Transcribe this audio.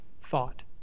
thought